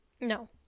no